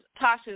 Tasha